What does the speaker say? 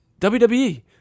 WWE